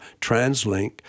TransLink